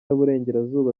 uburengerazuba